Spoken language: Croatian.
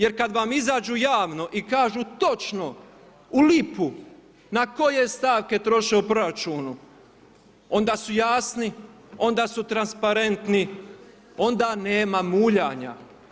Jer kada vam izađu javno i kažu točno u lipu na koje stavke troše u proračunu, onda su jasni, onda su transparentni, onda nema muljanja.